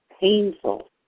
painful